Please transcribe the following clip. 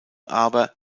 aber